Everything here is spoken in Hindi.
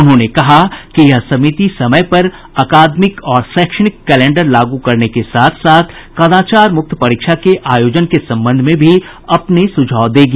उन्होंने कहा कि यह समिति समय पर अकादमिक और शैक्षणिक कैलेंडर लागू करने के साथ साथ कदाचार मुक्त परीक्षा के आयोजन के संबंध में भी अपने सुझाव देगी